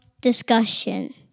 discussion